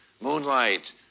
Moonlight